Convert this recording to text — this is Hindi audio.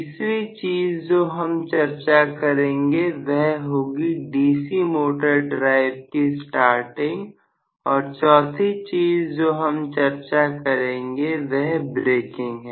तीसरी चीज जो हम चर्चा करेंगे वह होगी डीसी मोटर ड्राइव की स्टार्टिंग और चौथी चीज जो हम चर्चा करेंगे वह ब्रेकिंग है